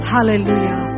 Hallelujah